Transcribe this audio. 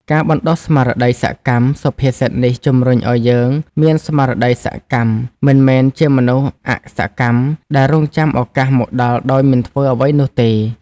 ការបណ្ដុះស្មារតីសកម្ម សុភាសិតនេះជំរុញឲ្យយើងមាន ស្មារតីសកម្ម មិនមែនជាមនុស្សអសកម្មដែលរង់ចាំឱកាសមកដល់ដោយមិនធ្វើអ្វីនោះទេ។